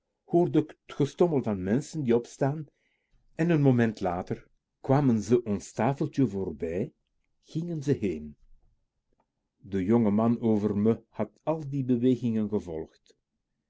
t gestommel van menschen die opstaan en n moment later kwamen ze ons tafeltje voorbij gingen ze heen de jonge man over me had al de bewegingen gevolgd